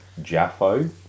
Jaffo